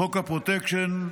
חוק הפרוטקשן,